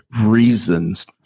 reasons